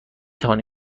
توانم